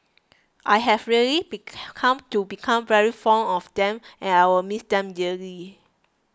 I have really become to become very fond of them and I will miss them dearly